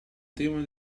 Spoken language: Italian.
tema